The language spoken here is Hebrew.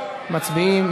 מצביעים.